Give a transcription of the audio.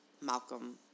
Malcolm